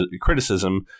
criticism –